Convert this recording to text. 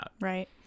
Right